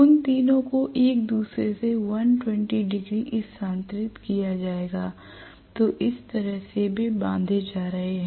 उन तीनो को एक दूसरे से 120 डिग्री स्थानांतरित किया जाएगा तो इस तरह वे बांधे जा रहे हैं